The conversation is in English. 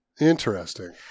Interesting